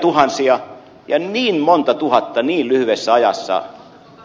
kymmeniätuhansia niin monta tuhatta niin lyhyessä ajassa